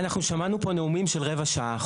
אנחנו שמענו פה נאומים של רבע שעה.